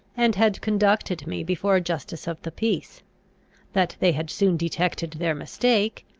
and had conducted me before a justice of the peace that they had soon detected their mistake,